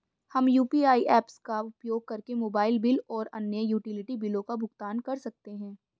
हम UPI apps का उपयोग करके मोबाइल बिल और अन्य यूटिलिटी बिलों का भुगतान कर सकते हैं